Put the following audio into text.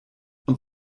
und